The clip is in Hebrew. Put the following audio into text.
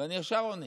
ואני ישר עונה.